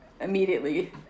immediately